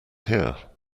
here